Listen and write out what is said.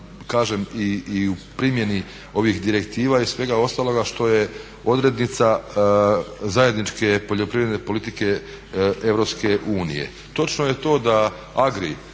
kažem i u primjeni ovih direktiva i svega ostaloga što je odrednica zajedničke poljoprivredne politike EU. Točno je